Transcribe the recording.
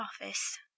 office